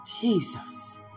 Jesus